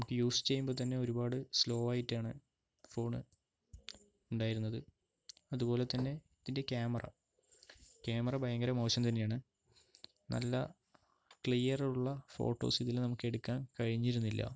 നമുക്ക് യൂസ് ചെയ്യുമ്പോൾ തന്നെ ഒരുപാട് സ്ലോ ആയിട്ടാണ് ഫോൺ ഉണ്ടായിരുന്നത് അതുപോലെത്തന്നെ ഇതിൻ്റെ ക്യാമറ ക്യാമറ ഭയങ്കര മോശം തന്നെ ആണ് നല്ല ക്ലിയർ ഉള്ള ഫോട്ടോസ് ഇതിൽ നമുക്ക് എടുക്കാൻ കഴിഞ്ഞിരുന്നില്ല